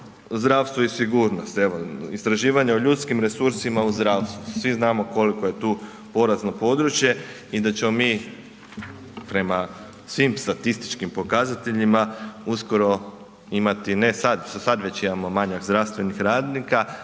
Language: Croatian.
zdravstvo i sigurnost evo istraživanje o ljudskim resursima u zdravstvu, svi znamo koliko je tu porazno područje i da ćemo mi prema svim statističkim pokazateljima uskoro imati ne sad, sad već imamo manjak zdravstvenih radnika,